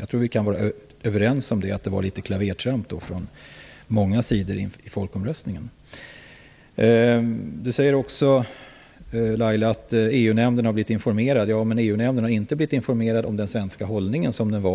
Jag tror att vi kan vara överens om att det då skedde klavertramp på många håll inför folkomröstningen. Laila Freivalds säger också att EU-nämnden har blivit informerad. Men EU-nämnden har i alla fall inte blivit informerad om den svenska hållningen som